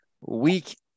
week